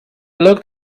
looked